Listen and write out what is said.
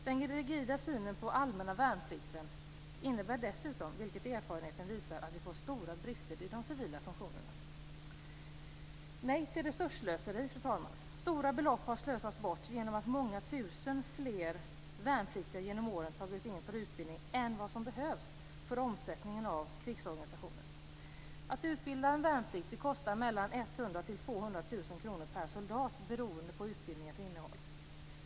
Den rigida synen på den allmänna värnplikten innebär dessutom - vilket erfarenheten visar - att vi får stora brister i de civila funktionerna. Vi säger nej till resursslöseri, fru talman. Stora belopp har slösats bort genom att många tusen fler värnpliktiga än vad som behövs för omsättningen av krigsorganisationen genom åren har tagits in. Att utbilda en värnpliktig kostar 100 000-200 000 per soldat beroende på utbildningens innehåll.